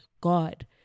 God